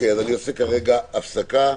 אני עושה כרגע הפסקה.